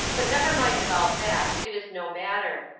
but never mind about that, it is no matter.